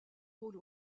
rôle